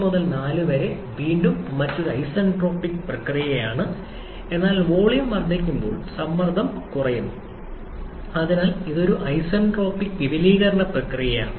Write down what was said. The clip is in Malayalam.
3 മുതൽ 4 വരെ വീണ്ടും മറ്റൊരു ഐസന്റ്രോപിക് പ്രക്രിയയാണ് എന്നാൽ വോളിയം വർദ്ധിക്കുമ്പോൾ സമ്മർദ്ദം കുറയുന്നു അതിനാൽ ഇത് ഒരു ഐസന്റ്രോപിക് വിപുലീകരണ പ്രക്രിയയാണ്